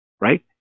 right